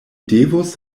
devus